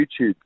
YouTube